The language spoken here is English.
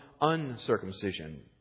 uncircumcision